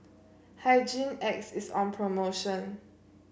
Hygin X is on promotion